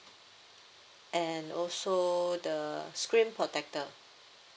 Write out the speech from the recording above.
and also the screen protector